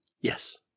Yes